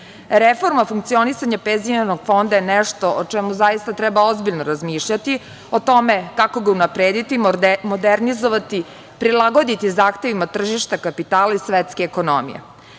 funkcionisanja penzionog fonda je nešto o čemu zaista treba ozbiljno razmišljati, o tome kako ga unaprediti, modernizovati, prilagoditi zahtevima tržišta kapitala i svetskoj ekonomiji.